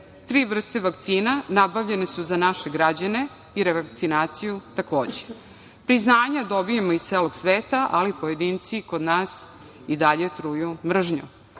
Tri vrste vakcina nabavljene su za naše građane i revakcinaciju takođe. Priznanja dobijamo iz celog sveta, ali pojedinci kod nas i dalje truju mržnjom.